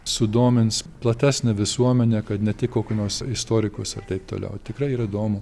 sudomins platesnę visuomenę kad ne tik kokį nors istorikus ir taip toliau tikrai ir įdomu